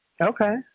okay